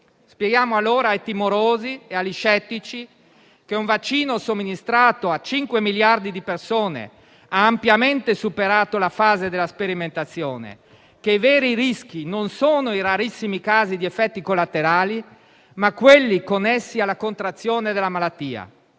Spieghiamo allora ai timorosi e agli scettici che un vaccino somministrato a 5 miliardi di persone ha ampiamente superato la fase della sperimentazione; che i veri rischi non sono i rarissimi casi di effetti collaterali, ma quelli connessi alla contrazione della malattia.